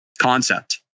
concept